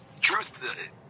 truth